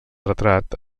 retrat